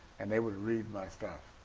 and they would read my stuff.